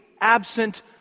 absent